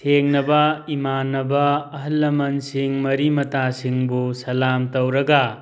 ꯊꯦꯡꯅꯕ ꯏꯃꯥꯟꯅꯕ ꯑꯍꯜ ꯂꯃꯟꯁꯤꯡ ꯃꯔꯤ ꯃꯇꯥꯁꯤꯡꯕꯨ ꯁꯂꯥꯝ ꯇꯧꯔꯒ